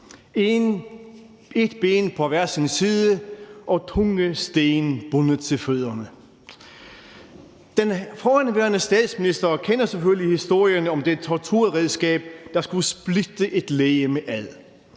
et ben på hver side og med tunge sten bundet til fødderne. Den forhenværende statsminister kender selvfølgelig historierne om det torturredskab, der skulle splitte et legeme ad,